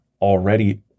already